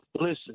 Listen